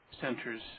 centers